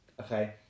okay